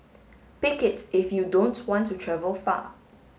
pick it if you don't want to travel far